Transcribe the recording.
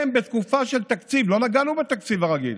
לא נגענו בתקציב הרגיל,